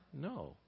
No